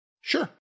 sure